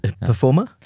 Performer